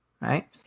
right